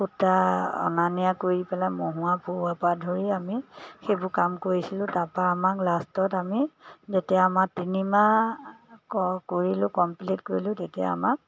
সূতা অনা নিয়া কৰি পেলাই মহোৱা পোওৱা পৰা ধৰি আমি সেইবোৰ কাম কৰিছিলোঁ তাৰপৰা আমাক লাষ্টত আমি যেতিয়া আমাক তিনিমাহ ক কৰিলোঁ কমপ্লিট কৰিলোঁ তেতিয়া আমাক